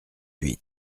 huit